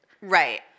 Right